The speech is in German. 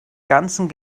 ganzen